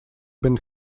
been